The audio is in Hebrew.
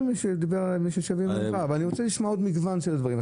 אני רוצה לשמוע עוד מגוון של דברים.